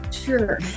Sure